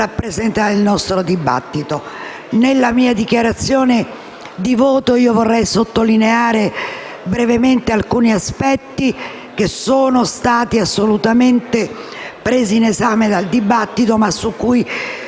Nella mia dichiarazione di voto vorrei sottolineare brevemente alcuni aspetti che sono stati presi in esame nel dibattito, ma su cui